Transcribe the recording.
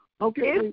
Okay